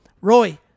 Roy